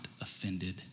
offended